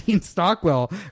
stockwell